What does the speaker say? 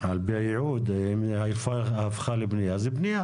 ברוב המקרים התושבים התחברו לרשתות אלה בצורה פיראטית או לא חוקית.